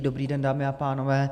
Dobrý den, dámy a pánové.